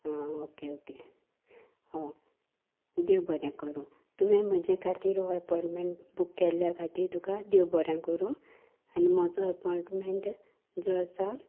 आ okay okay हय देव बरें करूं तुवें म्हजे खातीर हो एपोयंटमेंट बूक केल्ल्या खातीर तुका देव बरें करूं आनी म्हजो एपोयंटमेंट जो आसा